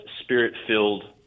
spirit-filled